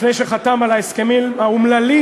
לפני שהוא חתם על ההסכמים האומללים,